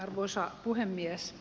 arvoisa puhemies